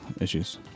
issues